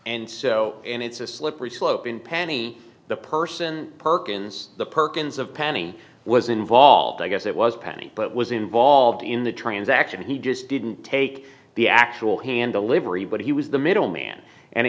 and so and it's a slippery slope in penny the person perkins the perkins of penny was involved i guess it was penny but was involved in the transaction he just didn't take the actual hand a livery but he was the middleman and